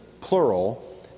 plural